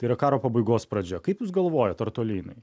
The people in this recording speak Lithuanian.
tai yra karo pabaigos pradžia kaip jūs galvojate ar toli jinai